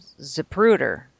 Zapruder